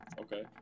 Okay